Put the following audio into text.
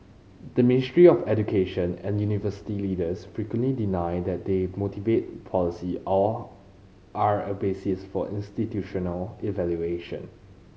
the Ministry of Education and university leaders frequently deny that they motivate policy or are a basis for institutional evaluation